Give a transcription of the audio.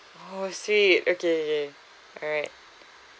oh sweet okay okay alright